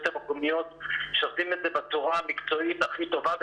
המקומיות שעושים את זה כל הזמן בצורה המקצועית הכי טובה,